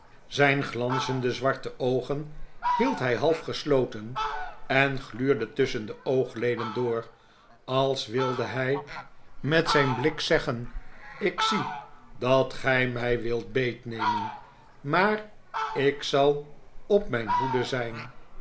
zijn glanzende zwarte oogen hield hij half gesloten en gluurde tusschen de oogleden door als wilde hij met zijn blik zeggen ik zie dat gij mij wilt beetnemen maar ik zal op mijn hoede zijn